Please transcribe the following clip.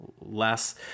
Less